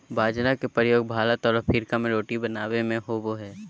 बाजरा के प्रयोग भारत और अफ्रीका में रोटी बनाबे में होबो हइ